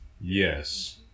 Yes